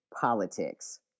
politics